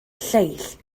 lleill